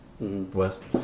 West